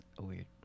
weird